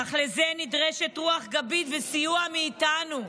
אך לזה נדרשים רוח גבית וסיוע מאיתנו.